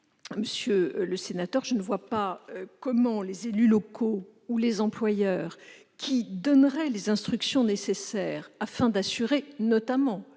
ce cadre juridique, je ne vois pas comment les élus locaux ou les employeurs qui donneraient les instructions nécessaires afin d'assurer le